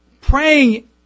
praying